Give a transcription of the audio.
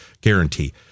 guarantee